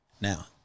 Now